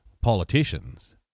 politicians